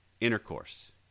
intercourse